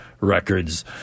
Records